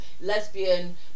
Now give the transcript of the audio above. lesbian